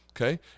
Okay